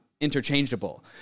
interchangeable